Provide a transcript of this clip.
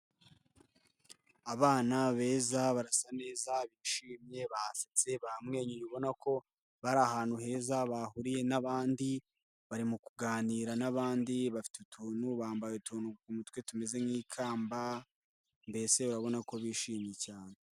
Abana beza barasa neza bishimye basetse, bamwenyuye ubona ko bari ahantu heza bahuriye n'abandi. Bari mu kuganira n'abandi, bafite utuntu, bambaye utuntu ku mutwe tumeze nk'ikamba, mbese urabona ko bishimye cyane.